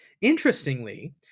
Interestingly